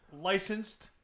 licensed